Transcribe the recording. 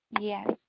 Yes